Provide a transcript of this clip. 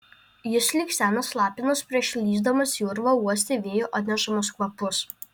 jis lyg senas lapinas prieš lįsdamas į urvą uostė vėjo atnešamus kvapus